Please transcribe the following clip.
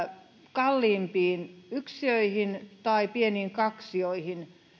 kalliimpiin yksiöihin tai pieniin kaksioihin